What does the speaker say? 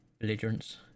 Belligerence